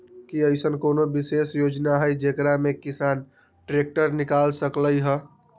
कि अईसन कोनो विशेष योजना हई जेकरा से किसान ट्रैक्टर निकाल सकलई ह?